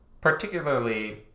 Particularly